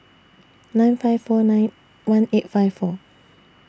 nine five four nine one eight five four